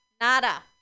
nada